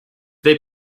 they